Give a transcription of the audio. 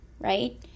right